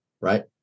right